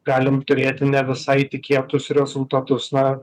galim turėti ne visai tikėtus rezultatus na